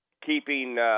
keeping